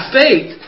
faith